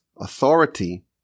authority